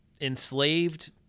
enslaved